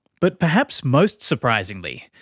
but perhaps most surprisingly,